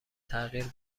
تغییر